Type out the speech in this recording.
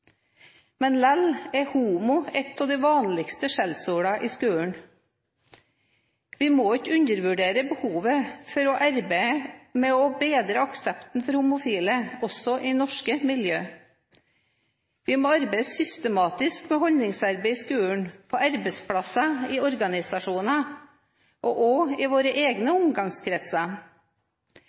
er «homo» et av de vanligste skjellsordene i skolen. Vi må ikke undervurdere behovet for å arbeide med å bedre aksepten for homofile også i norske miljø. Vi må arbeide systematisk med holdningsarbeid i skolen, på arbeidsplasser og i organisasjoner – og også i våre